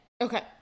Okay